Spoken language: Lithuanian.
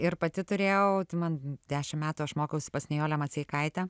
ir pati turėjau tai man dešim metų aš mokiausi pas nijolę maceikaitę